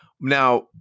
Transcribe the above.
now